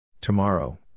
Tomorrow